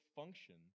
function